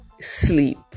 sleep